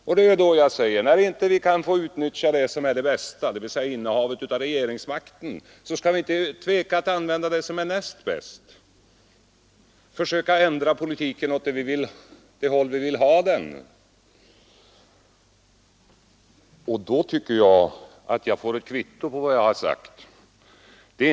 Jag har sagt att när vi inte kan få utnyttja det bästa, dvs. innehavet av regeringsmakten, så skall vi inte tveka att använda det som är näst bäst för att försöka ändra politiken åt det håll vi vill ha den, och jag tycker att jag har fått ett kvitto på vad jag har sagt.